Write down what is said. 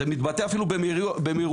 זה מתבטא אפילו במהירויות.